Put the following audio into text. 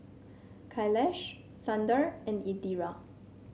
Kailash Sundar and Indira